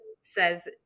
says